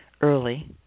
early